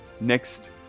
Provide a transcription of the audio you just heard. next